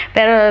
Pero